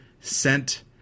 sent